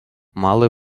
документи